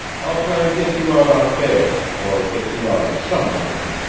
i'll try to get you out on bail, or get you out in some manner,